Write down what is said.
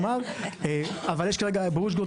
באוז'הורד,